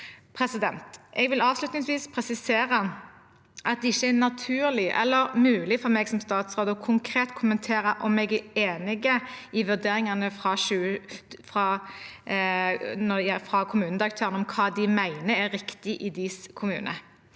Jeg vil avslutningsvis presisere at det ikke er naturlig eller mulig for meg som statsråd konkret å kommentere om jeg er enig i vurderingene fra kommunedirektørene om hva de mener er riktig i deres kommune.